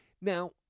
Now